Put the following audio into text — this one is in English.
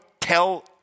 tell